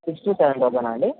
sixty thousand above ఆ అండి